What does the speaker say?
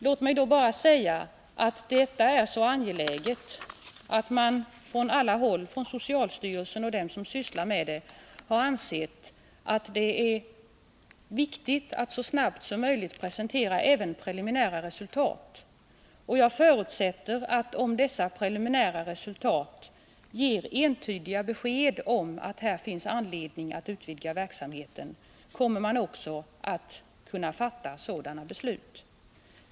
Låt mig då bara säga att detta är så angeläget att man på alla håll — socialstyrelsen och de som sysslar med denna fråga — har ansett att det är viktigt att så snabbt som möjligt presentera även preliminära resultat. Jag förutsätter att om dessa preliminära resultat ger entydiga besked om att det finns anledning att utvidga verksamheten kommer man också att kunna fatta sådana beslut.